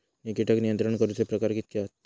कीटक नियंत्रण करूचे प्रकार कितके हत?